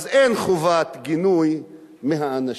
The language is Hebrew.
אז אין חובת גינוי מהאנשים.